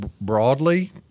broadly